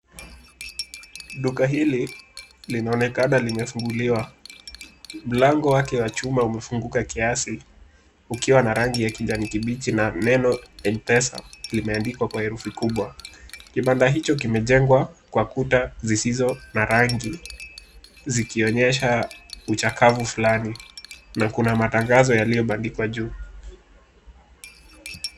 Duka hili linaonekana limefunguliwa. Mlango wake wa chuma umefunguka kiasi ukiwa na rangi ya kijani kibichi neno M-pesa limeandikwa kwa herufi kubwa kibanda hicho kimejengwa kwa kuta zisizo na rangi zikionyesha uchakavu fulani na kuna matangazo yalioandikwa juu.